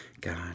God